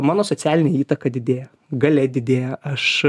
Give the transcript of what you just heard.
mano socialinė įtaka didėja galia didėja aš